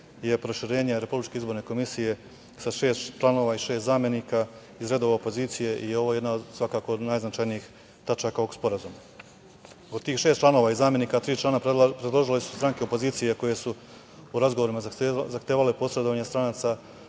je proširenje RIK sa šest članova i šest zamenika iz redova opozicije i ovo je jedan od svakako najznačajnijih tačaka ovog sporazuma. Od tih šest članova i zamenika, tri člana su predložile stranke opozicije koje su u razgovorima zahtevale posredovanje stranaca,